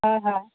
হয় হয়